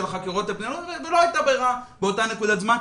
החקירות האפידמיולוגיות ולא הייתה ברירה באותה נקודה זמן,